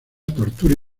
tortura